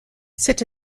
cette